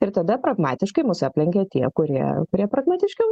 ir tada pragmatiškai mus aplenkia tie kurie prie pragmatiškiau